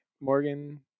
Morgan